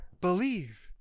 believe